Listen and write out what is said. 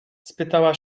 spytała